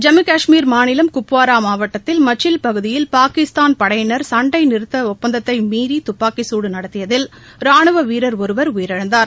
ஜம்மு கஷ்மீர் மாநிலம் குப்வாரா மாவட்டத்தில் மச்சில் பகுதியில் பாகிஸ்தான் படையினர் சண்டை நிறுத்த ஒப்பந்தத்தை மீறி துப்பாக்கி சூடு நடத்தியதில் ரானுவ வீரர் ஒருவர் உயிரிழந்தார்